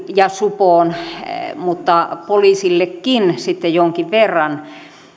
ja supoon mutta poliisillekin sitten jonkin verran